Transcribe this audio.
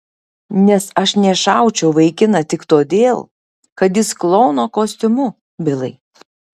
nes aš nešaučiau į vaikiną tik todėl kad jis klouno kostiumu bilai